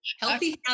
healthy